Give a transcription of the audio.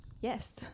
Yes